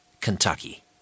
Kentucky